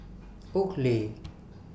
Oakley